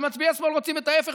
ומצביעי שמאל רוצים את ההפך,